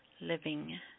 living